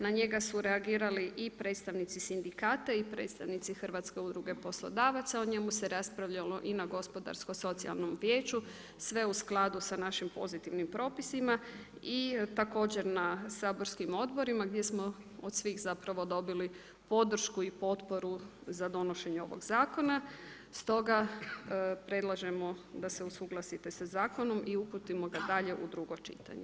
Na njega su reagirali i predstavnici sindikata i predstavnici Hrvatske udruge poslodavaca, o njemu se raspravljalo i na gospodarskom socijalnom vijeću, sve u skladu sa našim pozitivnim propisima, i također na saborskim odborima gdje smo od svih dobili podršku i potporu za donošenje ovog zakona s toga predlažemo da se usuglasite sa zakonom i uputimo ga dalje u drugo čitanje.